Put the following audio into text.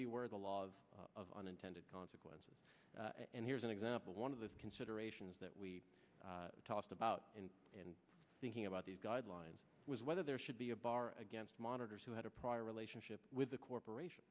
the where the law of unintended consequences and here's an example one of the considerations that we tossed about in thinking about these guidelines was whether there should be a bar against monitors who had a prior relationship with a corporation